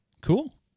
Cool